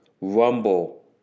Rumble